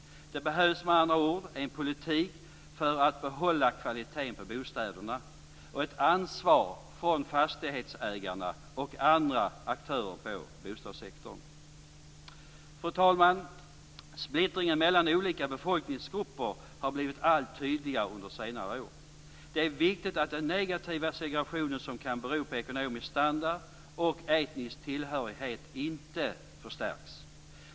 Det behövs med andra ord en politik för att behålla kvaliteten på bostäderna och ett ansvar från fastighetsägarna och andra aktörer på bostadssektorn. Fru talman! Splittringen mellan olika befolkningsgrupper har blivit allt tydligare under senare år. Det är viktigt att den negativa segregationen, som kan bero på ekonomisk standard och etnisk tillhörighet, inte förstärks.